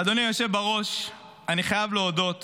אדוני היושב בראש, אני חייב להודות